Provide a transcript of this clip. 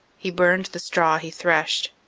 he burned the straw he threshed.